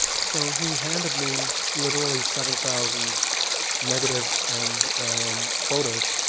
so he handed me literally seven thousand negatives and photos,